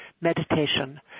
meditation